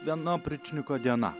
viena opričniko diena